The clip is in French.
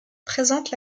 présente